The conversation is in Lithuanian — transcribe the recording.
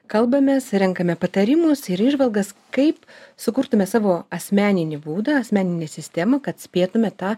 kalbamės renkame patarimus ir įžvalgas kaip sukurtume savo asmeninį būdą asmeninę sistemą kad spėtume tą